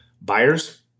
buyers